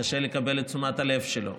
קשה לקבל את תשומת הלב שלו.